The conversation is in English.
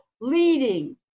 leading